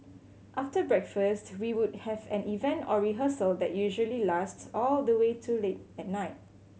after breakfast we would have an event or rehearsal that usually lasts all the way to late at night